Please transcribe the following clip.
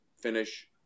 finish